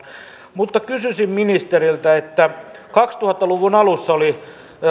mutta kysyisin ministeriltä kun kaksituhatta luvun alussa oli